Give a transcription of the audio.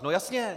No jasně.